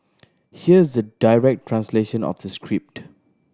here's the direct translation of the script